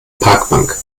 parkbank